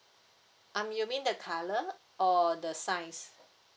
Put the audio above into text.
um you mean the colour or the size